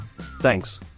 Thanks